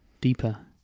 deeper